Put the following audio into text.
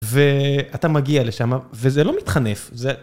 ואתה מגיע לשם, וזה לא מתחנף.